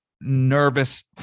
nervous